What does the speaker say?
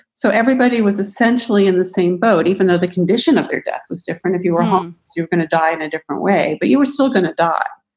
so everybody was essentially in the same boat, even though the condition of their death was different if you were home. so you're going to die in a different way, but you were still going to die.